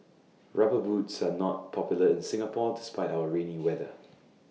rubber boots are not popular in Singapore despite our rainy weather